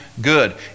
good